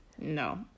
No